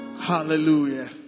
Hallelujah